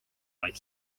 vaid